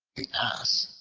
ass,